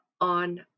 on